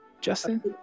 Justin